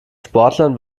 sportlern